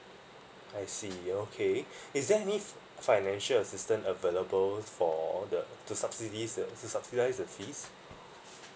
I see okay is there any financial assistance available for all the the subsidies the to subsidize the fees